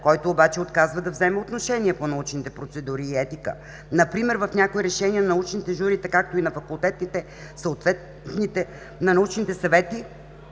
който обаче отказва да вземе отношение по научните процедури и етика. Например в някои решения на научните журита, както и на факултетните, съответните на научните съвети,